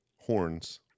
horns